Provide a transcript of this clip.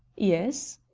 yes.